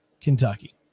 Kentucky